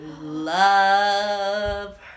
love